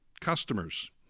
customers